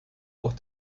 auch